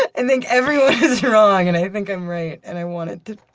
i think everyone is wrong, and i think i'm right. and i want it.